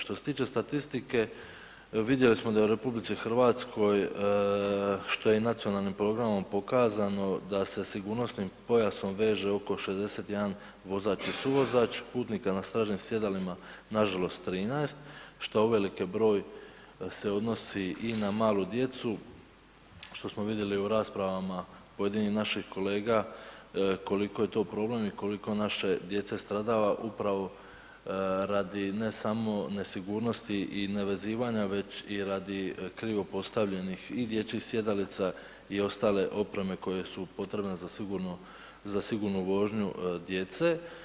Što se tiče statistike, vidjeli smo da u RH što je i nacionalnim programom pokazano da se sigurnosnim pojasom veže oko 61 vozač i suvozač, putnika na stražnjim sjedalima nažalost 13, što uvelike broj se odnosi i na malu djecu, što smo vidjeli u raspravama pojedinih naših kolega, koliko je to problem i koliko naše djece stradava upravo radi ne samo nesigurnosti i nevezivanja, već i radi krivo postavljenih i dječjih sjedalica i ostale opreme koje su potrebne za sigurnu vožnju djece.